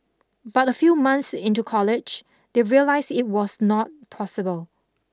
but a few months into college they realised it was not possible